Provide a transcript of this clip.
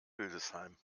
hildesheim